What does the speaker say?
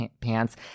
pants